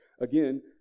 again